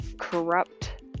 corrupt